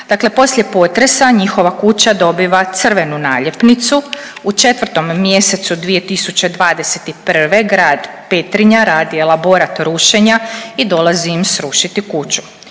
Dakle, poslije potresa njihova kuća dobiva crvenu naljepnicu u 4. mjesecu 2021. grad Petrinja radi elaborat rušenja i dolazi im srušiti kuću.